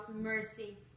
mercy